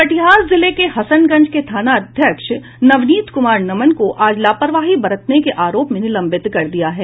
कटिहार जिले के हसनगंज के थानाध्यक्ष नवनीत कुमार नमन को आज लापरवाही बरतने के आरोप में निलंबित कर दिया है